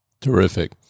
Terrific